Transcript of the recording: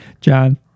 John